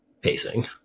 pacing